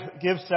give